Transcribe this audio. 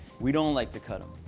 we don't like to cut them.